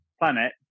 planet